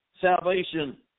salvation